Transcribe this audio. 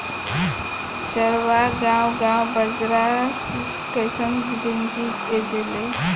चरवाह गावं गावं बंजारा जइसन जिनगी जिऐलेन